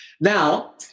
Now